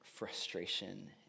Frustration